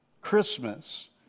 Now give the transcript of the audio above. Christmas